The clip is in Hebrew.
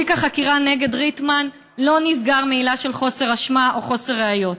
תיק החקירה נגד ריטמן לא נסגר מעילה של חוסר אשמה או חוסר ראיות.